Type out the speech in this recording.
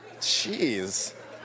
Jeez